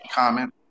comment